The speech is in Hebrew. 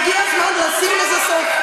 אני בינתיים מסתדרת לבד, והגיע הזמן לשים לזה סוף.